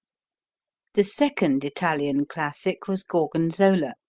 the second italian classic was gorgonzola,